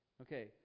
Okay